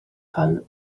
cwpan